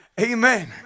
amen